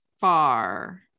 far